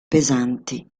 pesanti